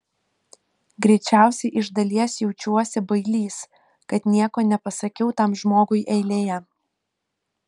greičiausiai iš dalies jaučiuosi bailys kad nieko nepasakiau tam žmogui eilėje